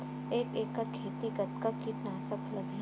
एक एकड़ खेती कतका किट नाशक लगही?